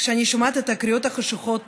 כשאני שומעת את הקריאות החשוכות